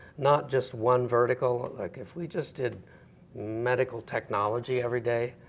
not just one vertical. like if we just did medical technology every day,